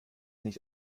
nicht